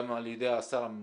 גם על ידי השר הממונה.